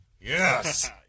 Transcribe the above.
Yes